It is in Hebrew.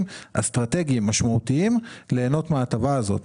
אסטרטגיים משמעותיים ליהנות מההטבה הזאת.